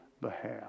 behalf